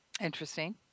Interesting